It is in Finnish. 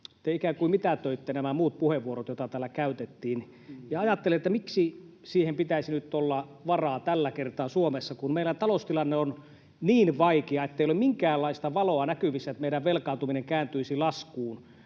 te ikään kuin mitätöitte nämä muut puheenvuorot, joita täällä käytettiin. Ja ajattelin, miksi siihen pitäisi nyt olla varaa tällä kertaa Suomessa, kun meidän taloustilanne on niin vaikea, ettei ole minkäänlaista valoa näkyvissä, että meidän velkaantuminen kääntyisi laskuun,